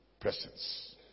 presence